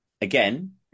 again